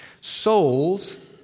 Souls